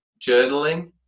journaling